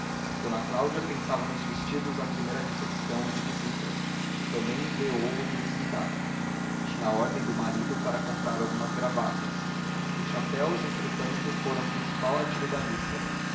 d cláudia pensava nos vestidos da primeira recepção e de visitas também ideou o do desembarque tinha ordem do marido para comprar algumas gravatas os chapéus entretanto foram o principal artigo da lista